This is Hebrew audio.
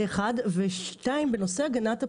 דבר שני, בנושא הגנת הפרטיות,